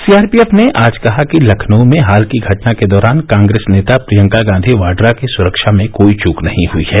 सी R P F ने आज कहा कि लखनऊ में हाल की घटना के दौरान कांग्रेस नेता प्रियंका गांधी वाड़ा की सुरक्षा में कोई चूक नहीं हुई है